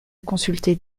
consulter